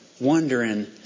wondering